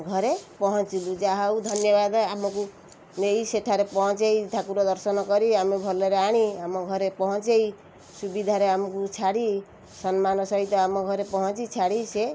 ଘରେ ପହଞ୍ଚିଲୁ ଯାହା ହଉ ଧନ୍ୟବାଦ ଆମକୁ ନେଇ ସେଠାରେ ପହଞ୍ଚାଇ ଠାକୁର ଦର୍ଶନ କରି ଆମେ ଭଲରେ ଆଣି ଆମ ଘରେ ପହଞ୍ଚାଇ ସୁବିଧାରେ ଆମକୁ ଛାଡ଼ି ସମ୍ମାନ ସହିତ ଆମ ଘରେ ପହଞ୍ଚି ଛାଡ଼ି ସେ